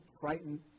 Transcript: frightened